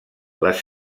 les